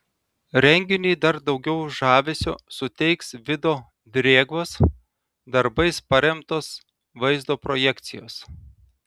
renginiui dar daugiau žavesio suteiks vido drėgvos darbais paremtos vaizdo projekcijos